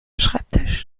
schreibtisch